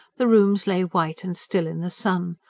the rooms lay white and still in the sun,